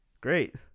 great